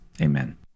amen